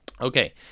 Okay